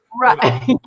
Right